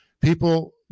people